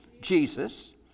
Jesus